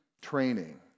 training